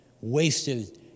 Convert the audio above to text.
wasted